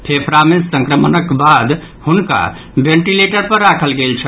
फेफड़ा मे संक्रमणक बाद हुनका वेंटिलेटर पर राखल गेल छल